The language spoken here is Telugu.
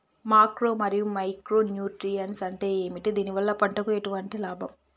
మాక్రో మరియు మైక్రో న్యూట్రియన్స్ అంటే ఏమిటి? దీనివల్ల పంటకు ఎటువంటి లాభం?